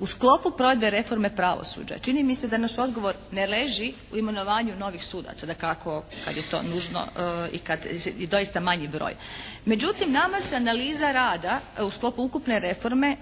u sklopu provedbe reforme pravosuđa čini mi se da naš odgovor ne leži u imenovanju novih sudaca dakako kad je to nužno i kad je doista manji broj. Međutim, nama se analiza rada u sklopu ukupne reforme